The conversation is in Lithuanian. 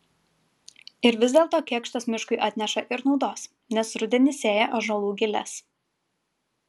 ir vis dėlto kėkštas miškui atneša ir naudos nes rudenį sėja ąžuolų giles